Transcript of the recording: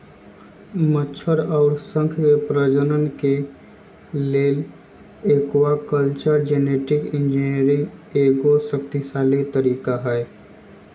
मछर अउर शंख के प्रजनन के लेल एक्वाकल्चर जेनेटिक इंजीनियरिंग एगो शक्तिशाली तरीका हई